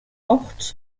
ort